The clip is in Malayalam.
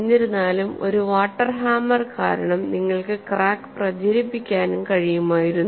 എന്നിരുന്നാലും ഒരു വാട്ടർ ഹാമർ കാരണം നിങ്ങൾക്ക് ക്രാക്ക് പ്രചരിപ്പിക്കാനും കഴിയുമായിരുന്നു